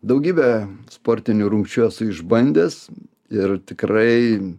daugybę sportinių rungčių esu išbandęs ir tikrai